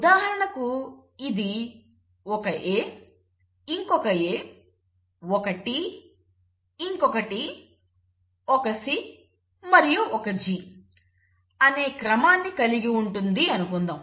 ఉదాహరణకు ఇది ఒక A ఇంకొక A ఒక T ఇంకొక T ఒక C మరియు ఒక G అనే క్రమాన్ని కలిగి ఉంటుంది అనుకుందాం